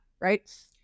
right